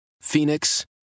Phoenix